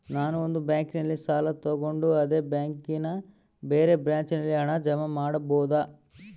ನಾನು ಒಂದು ಬ್ಯಾಂಕಿನಲ್ಲಿ ಸಾಲ ತಗೊಂಡು ಅದೇ ಬ್ಯಾಂಕಿನ ಬೇರೆ ಬ್ರಾಂಚಿನಲ್ಲಿ ಹಣ ಜಮಾ ಮಾಡಬೋದ?